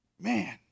man